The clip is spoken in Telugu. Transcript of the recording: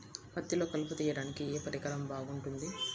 పత్తిలో కలుపు తీయడానికి ఏ పరికరం బాగుంటుంది?